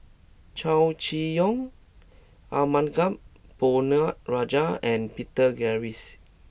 Chow Chee Yong Arumugam Ponnu Rajah and Peter Gilchrist